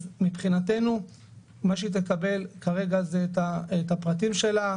אז מבחינתנו מה שהיא תקבל כרגע זה את הפרטים שלה,